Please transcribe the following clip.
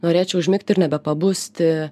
norėčiau užmigti ir nebepabusti